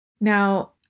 Now